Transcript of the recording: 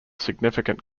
significant